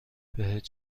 بهت